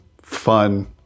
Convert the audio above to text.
fun